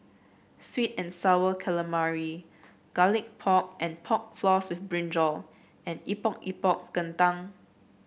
sweet and sour calamari Garlic Pork and Pork Floss with brinjal and Epok Epok Kentang